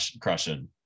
crushing